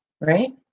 right